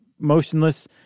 motionless